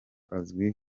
azwi